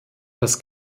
das